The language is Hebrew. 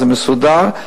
זה מסודר.